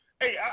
Hey